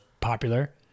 popular